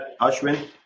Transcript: Ashwin